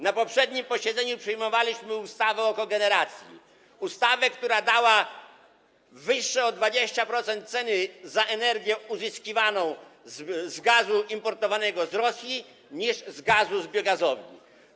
Na poprzednim posiedzeniu przyjmowaliśmy ustawę o kogeneracji, która dała wyższe o 20% ceny za energię uzyskiwaną z gazu importowanego z Rosji niż z gazu z biogazowni.